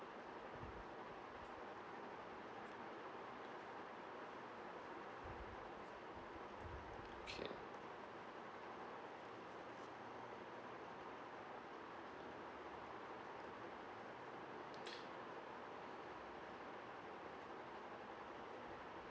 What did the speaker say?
okay